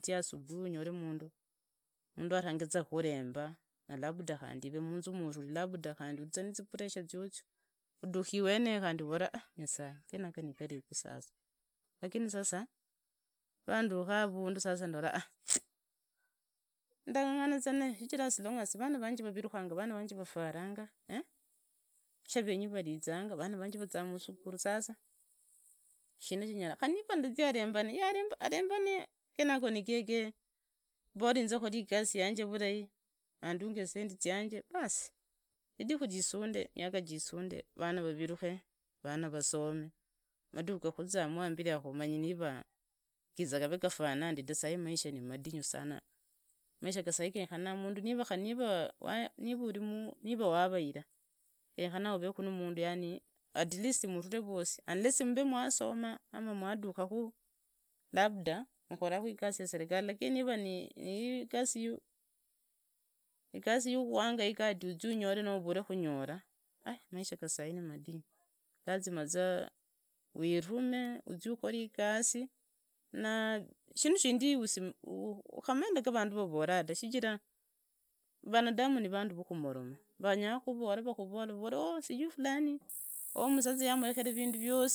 Uzie asubuhi, unyore mundu, avanyeza kuremba na labda kandi munzu muvuli labda kandi urie nizipressure ziozio uduki usenyi kandi avaraza nyasae genega ni gariha sasa. Lakini sasa rwanuka avundu sasa ndora a ndanganyenaza naye shijira si as long vana vanje vavirukanga, vana vanje vafwaranga, shavenyi varizanga, vana vunje vaziza musukhu sasa shina shanyora, kari niva ndazia asembane, asembane ayenayo na yeye, bora inze inyore iyosi yanje vulai, andungi zisendi ziange bosi nidiku risande miaka jisunde rana raviruke, vana vasome. maduku gakuzizamu hambiri ya kamanyi niva yiza gavo gufana ndi da. Saa hii maisha namadinyu sana maisha ya saa hii yenyekana mundu, kari niva wavaira yenyeka oveku nu mundu yani atleast muturi mweusi, unless mmbe mwasoma ama mwaduka ku labda mukoraku iyasi ya serekali lakini niva nigasi yukwanyaika ati uzie unyure anoho uvuri kunyora ai maisha gu saa hii namadinyu lazima za wirume uzie ukore igasi na shindu shinde ukamind ya vundu vavura da. Vanadamu ni vandu vokomoroma. vanyakuvora, vakovore, oh sijui fulani, oh musaza yamurekera vindu vyosi.